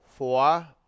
Four